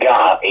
God